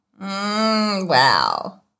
Wow